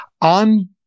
on